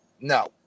No